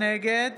נגד